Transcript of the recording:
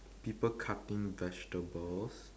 people cutting vegetables